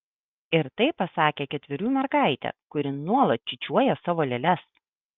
ir tai pasakė ketverių mergaitė kuri nuolat čiūčiuoja savo lėles